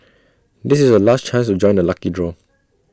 this is your last chance to join the lucky draw